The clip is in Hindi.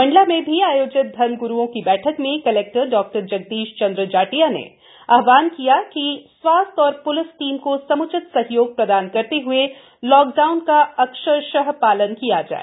मंडला में भी आयोजित धर्म गुरुओं की बैठक में कलेक्टर डॉ जगदीश चंद्र जटिया ने आहवान किया कि स्वास्थ्य एवं प्लिस टीम को सम्चित सहयोग प्रदान करते हुए लाकडाऊन का अक्षरश पालन किया जाए